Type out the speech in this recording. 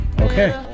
Okay